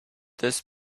this